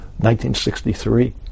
1963